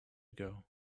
ago